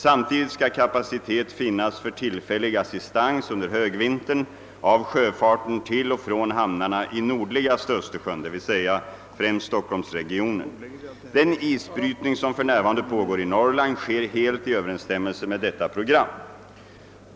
Samtidigt skall kapacitet finnas för tillfällig assistans under högvintern av sjöfarten till och från hamnarna i nordligaste Östersjön, d.v.s. främst Stockholmsregionen. Den isbrytning som för närvarande pågår i Norrland sker helt i överensstämmelse med detta program.